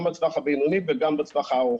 גם בטווח הבינוני וגם בטווח הארוך.